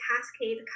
cascade